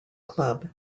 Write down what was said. club